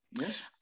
Yes